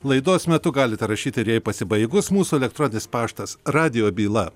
laidos metu galite rašyti ir jai pasibaigus mūsų elektroninis paštas radijo byla